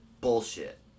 bullshit